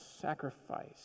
sacrifice